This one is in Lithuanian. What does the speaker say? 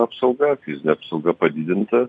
apsauga apsauga padidinta